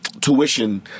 tuition